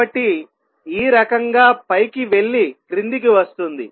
కాబట్టి ఈ రకంగా పైకి వెళ్లి క్రిందికి వస్తుంది